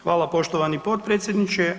Hvala, poštovani potpredsjedniče.